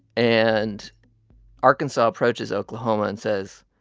and arkansas approaches oklahoma and says,